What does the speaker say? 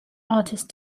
artist